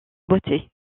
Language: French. beauté